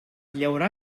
llaurar